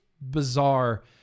bizarre